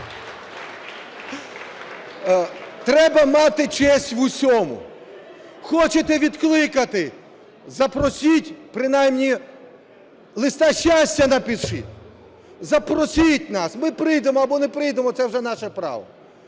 Треба мати честь в усьому. Хочете відкликати – запросіть, принаймні "листа щастя" напишіть. Запросіть нас, ми прийдемо або не прийдемо – це вже наше право.